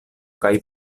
kaj